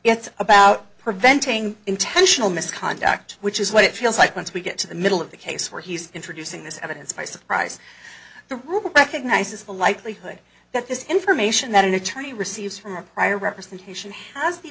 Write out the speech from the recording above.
it's about preventing intentional misconduct which is what it feels like once we get to the middle of the case where he's introducing this evidence by surprise the room recognizes the likelihood that this information that an attorney receives from a prior representation has the